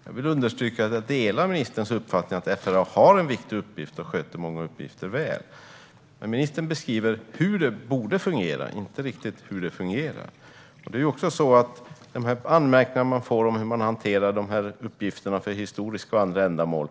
Herr talman! Jag vill understryka att jag delar ministerns uppfattning att FRA har en viktig uppgift och sköter många uppgifter väl. Men ministern beskriver hur det borde fungera, inte riktigt hur det fungerar. När det gäller de anmärkningar man får om hur man hanterar uppgifterna för historiska och andra ändamål